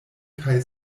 kaj